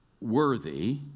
Worthy